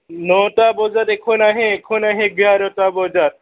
নটা বজাত এখন আহে এখন আহে এঘাৰটা বজাত